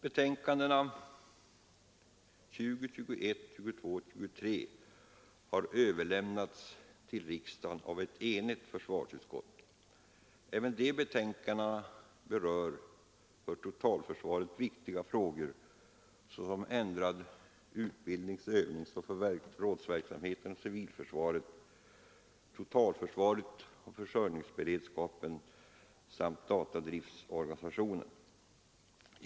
Betänkandena 20, 21, 22 och 23 har överlämnats till riksdagen av ett enigt försvarsutskott. Även dessa betänkanden berör för totalförsvaret viktiga frågor såsom ändrad utbildning-, övningoch förrådsverksamhet inom civilförsvaret, totalförsvaret och försörjningsberedskapen samt datadriftorganisationen för försvaret.